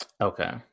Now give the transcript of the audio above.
Okay